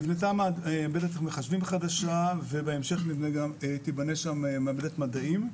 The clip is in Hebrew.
נבנתה מעבדת מחשבים חדשה ובהמשך תיבנה שם גם מעבדת מדעים.